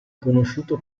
conosciuto